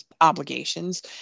obligations